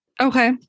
Okay